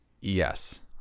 Yes